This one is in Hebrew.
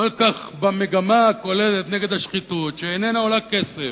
כל כך במגמה הכוללת נגד השחיתות, שאיננה עולה כסף,